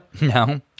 no